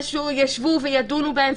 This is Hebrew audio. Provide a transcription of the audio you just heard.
ישבו וידונו בהן,